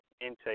intake